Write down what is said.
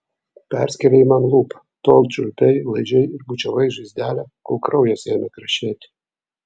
perskėlei man lūpą tol čiulpei laižei ir bučiavai žaizdelę kol kraujas ėmė krešėti